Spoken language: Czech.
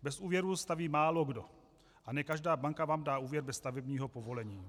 Bez úvěru staví málokdo a ne každá banka vám dá úvěr bez stavebního povolení.